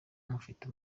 mufite